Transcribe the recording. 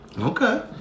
Okay